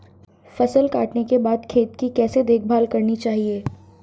फसल काटने के बाद खेत की कैसे देखभाल करनी चाहिए?